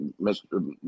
mr